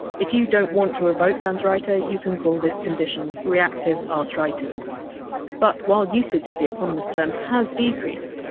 if you don't want to evoke hans reiter, you can call this condition reactive arthritis but, while usage of the eponymous term has decreased,